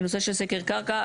בנושא של סקר קרקע,